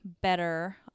better